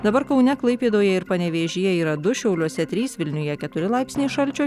dabar kaune klaipėdoje ir panevėžyje yra du šiauliuose trys vilniuje keturi laipsniai šalčio